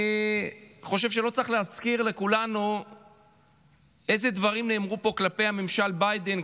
אני חושב שלא צריך להזכיר לכולנו איזה דברים נאמרו פה כלפי ממשל ביידן,